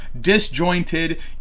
disjointed